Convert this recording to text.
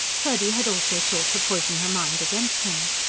purdy had also sought to poison her mind against him.